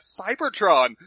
Cybertron